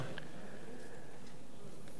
עוד נקודה חשובה אחת